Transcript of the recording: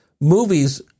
movies